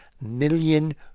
million